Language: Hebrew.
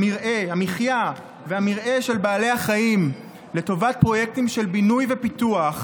המחיה והמרעה של בעלי החיים לטובת פרויקטים של בינוי ופיתוח,